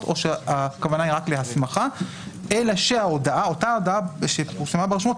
או שהכוונה היא רק להסמכה אלא שאותה הודעה שפורסמה ברשומות,